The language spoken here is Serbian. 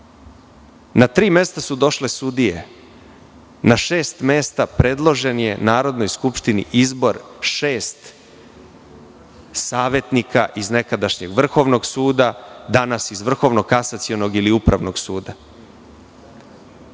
na tri mesta su došle sudije, na šest mesta je predložen Narodnoj skupštini izbor šest savetnika iz nekadašnjeg Vrhovnog suda, danas Vrhovnog kasacionog ili Upravnog suda.